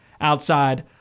outside